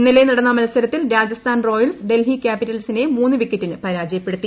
ഇന്നലെ നടന്ന മത്സരത്തിൽ രാജസ്ഥാൻ റോയൽസ് ഡൽഹി ക്യാപ്പിറ്റൽസിനെ മൂന്ന് വിക്കറ്റിന് പരാജയപ്പെടുത്തി